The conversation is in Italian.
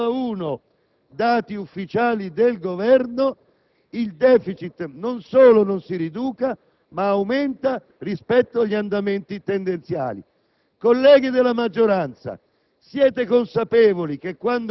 di fine 2005 al 43,1 (dati ufficiali del Governo), il *deficit* non solo non si riduca, ma aumenti rispetto agli andamenti tendenziali.